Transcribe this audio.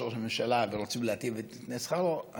ראש הממשלה ורוצים להיטיב את תנאי שכרו.